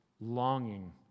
longing